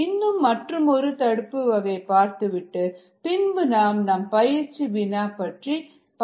இன்னும் மற்றுமொரு தடுப்பு வகை பார்த்துவிட்டு பின்பு நாம் பயிற்சி வினா பற்றி பார்ப்போம்